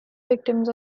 victims